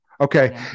Okay